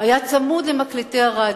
היה צמוד למקלטי הרדיו,